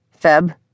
Feb